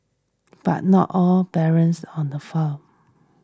but not all barrens on the front